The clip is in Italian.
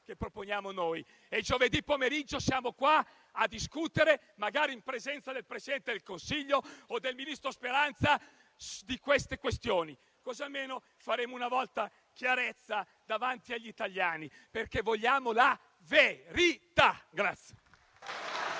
che proponiamo noi e giovedì pomeriggio discutiamo, magari alla presenza del Presidente del Consiglio o del ministro Speranza, di tali questioni. Almeno faremo una volta per tutte chiarezza davanti agli italiani, perché vogliamo la verità.